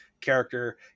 character